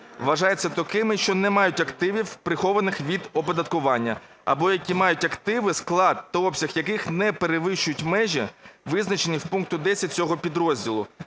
вважаються такими, що не мають активів, прихованих від оподаткування, або які мають активи, склад та обсяг яких не перевищують межі, визначені в пункті 10 цього підрозділу".